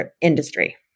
industry